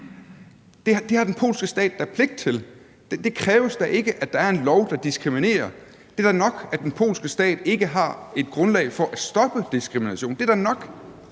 Det har den polske stat da en pligt til. Det kræves da ikke, at der er en lov, der diskriminerer. Det er da nok, at den polske stat ikke har et grundlag for at stoppe diskriminationen. Det er da nok.